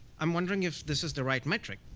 i'm wondering if this is the right metric,